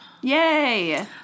Yay